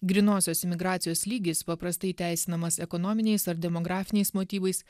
grynosios imigracijos lygis paprastai teisinamas ekonominiais ar demografiniais motyvais